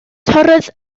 torrodd